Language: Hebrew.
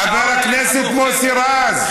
חבר הכנסת מוסי רז,